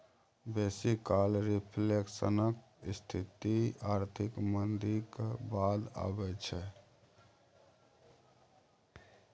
बेसी काल रिफ्लेशनक स्थिति आर्थिक मंदीक बाद अबै छै